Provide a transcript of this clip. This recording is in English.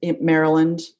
Maryland